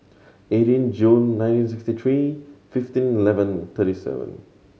eighteen June nine six tree fifteen eleven thirty seven